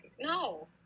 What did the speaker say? no